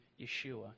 Yeshua